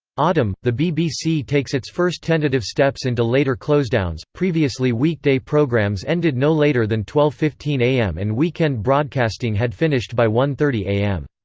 autumn the bbc takes its first tentative steps into later closedowns previously weekday programmes ended no later than twelve fifteen am and weekend broadcasting had finished by one thirty am.